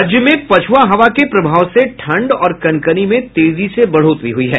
राज्य में पछुआ हवा के प्रभाव से ठंड और कनकनी में तेजी से बढोतरी हुई है